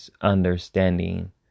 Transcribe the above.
understanding